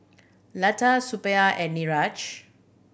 Lata Suppiah and Niraj